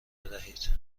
بدهید